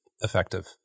effective